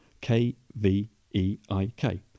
K-V-E-I-K